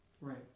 Right